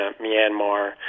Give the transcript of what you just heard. Myanmar